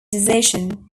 decision